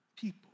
people